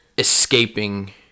escaping